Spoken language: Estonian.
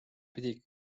pidi